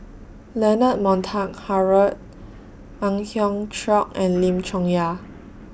Leonard Montague Harrod Ang Hiong Chiok and Lim Chong Yah